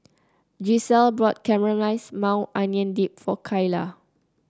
Gisselle bought Caramelized Maui Onion Dip for Kyla